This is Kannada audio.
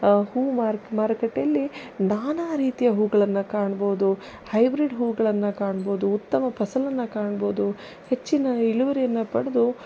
ಹೂ ಮಾರುಕಟ್ಟೆಯಲ್ಲಿ ನಾನಾ ರೀತಿಯ ಹೂಗಳನ್ನು ಕಾಣ್ಬೋದು ಹೈಬ್ರೀಡ್ ಹೂಗಳನ್ನು ಕಾಣ್ಬೋದು ಉತ್ತಮ ಫಸಲನ್ನು ಕಾಣ್ಬೋದು ಹೆಚ್ಚಿನ ಇಳುವರಿಯನ್ನು ಪಡೆದು